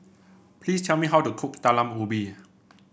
please tell me how to cook Talam Ubi